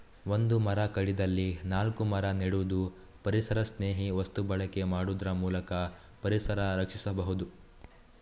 ಒಂದು ಮರ ಕಡಿದಲ್ಲಿ ನಾಲ್ಕು ಮರ ನೆಡುದು, ಪರಿಸರಸ್ನೇಹಿ ವಸ್ತು ಬಳಕೆ ಮಾಡುದ್ರ ಮೂಲಕ ಪರಿಸರ ರಕ್ಷಿಸಬಹುದು